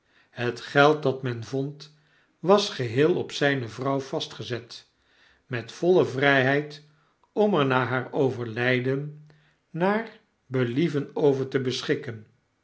het geld dat men vond was geheel op zgne vrouw vastgezet met voile vrgheid om er na haar overlgden naar believen over te beschikken